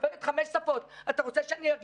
אם ירושלים עכשיו --- וגם לא משנה כמה גדול המקום.